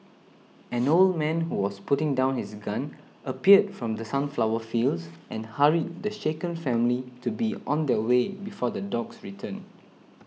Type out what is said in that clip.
an old man who was putting down his gun appeared from the sunflower fields and hurried the shaken family to be on their way before the dogs return